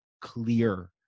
clear